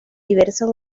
diversas